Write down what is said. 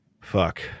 fuck